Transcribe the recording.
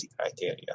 criteria